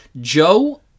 Joe